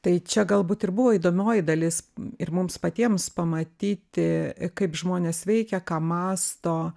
tai čia galbūt ir buvo įdomioji dalis ir mums patiems pamatyti kaip žmonės veikia ką mąsto